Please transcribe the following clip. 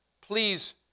Please